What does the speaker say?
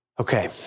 Okay